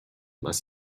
was